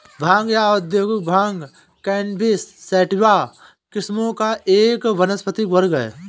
भांग या औद्योगिक भांग कैनबिस सैटिवा किस्मों का एक वानस्पतिक वर्ग है